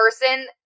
person